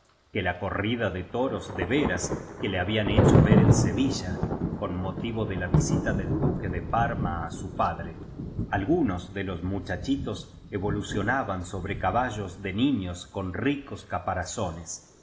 que la corrida de toros de veras que le habían hecho ver en sevilla con motivo de la visi ta del duque de parma á su padre algunos de los muchachi tos evolucionaban sobre caballos de niños con ricos caparazo nes